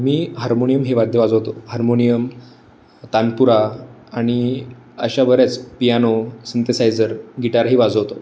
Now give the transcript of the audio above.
मी harmonium हे वाद्य वाजवतो हार्मोनियम तानपुरा आणि अशा बऱ्याच पियानो सिंथेसायझर गिटार हे वाजवतो